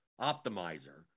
optimizer